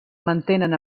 mantenen